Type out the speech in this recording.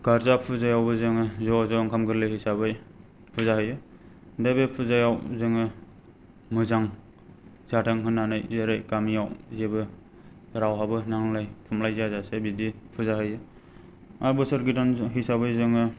गार्जा पुजायावबो जोङो ज' ज' ओंखाम गोर्लै हिसाबै पुजा होयो दा बे पुजायाव जोङो मोजां जाथों होननानै जेरै गामियाव जेबो रावहाबो नांज्लाय खमलाय जायाजासे बिदि पुजा होयो आरो बोसोर गोदान हिसाबै जोङो